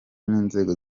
n’inzego